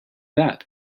that